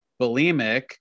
Bulimic